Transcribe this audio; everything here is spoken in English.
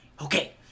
okay